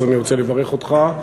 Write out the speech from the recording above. אז אני רוצה לברך אותך,